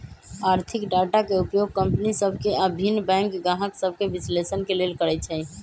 आर्थिक डाटा के उपयोग कंपनि सभ के आऽ भिन्न बैंक गाहक सभके विश्लेषण के लेल करइ छइ